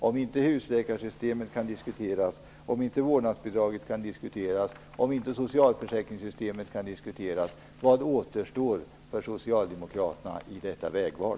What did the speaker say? Om inte husläkarsystemet kan diskuteras, om inte vårdnadsbidraget kan diskuteras och om inte socialförsäkringssystemet kan diskuteras, vad återstår för Socialdemokraterna i detta vägval?